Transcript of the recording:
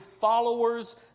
followers